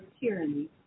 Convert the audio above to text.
tyranny